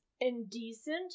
indecent